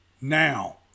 now